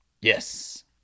yes